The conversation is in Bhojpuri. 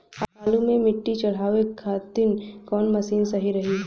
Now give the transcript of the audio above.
आलू मे मिट्टी चढ़ावे खातिन कवन मशीन सही रही?